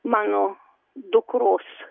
mano dukros